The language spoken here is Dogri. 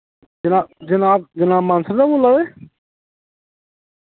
जना जनाब जनाब मानसर दा बोल्ला दे